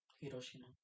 Hiroshima